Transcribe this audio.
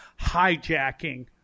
hijacking